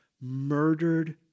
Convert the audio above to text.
murdered